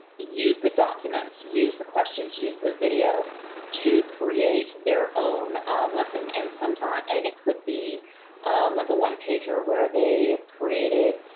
use the documents, use the questions, use the video to create their own lesson. and sometimes and it could be like a one pager where they have created,